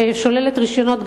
ששוללת רשיונות,